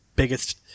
biggest